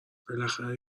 بالاخره